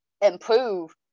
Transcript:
improve